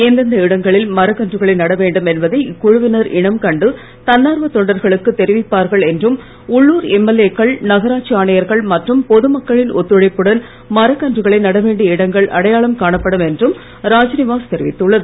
எந்தெந்த இடங்களில் மரக்கன்றுகளை நட வேண்டும் என்பதை இக்குழுவினர் இனம் கண்டு தன்னார்வ தொண்டர்களுக்கு தெரிவிப்பார்கள் என்றும் உள்ளுர் எம்எல்ஏக் கள் நகராட்சி ஆணையர்கள் மற்றும் பொது மக்களின் ஒத்துழைப்புடன் மரக்கன்றுகளை நட வேண்டிய இடங்கள் அடையாளம் காணப்படும் என்றும் ராஜ்நிவாஸ் தெரிவித்துள்ளது